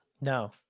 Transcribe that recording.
No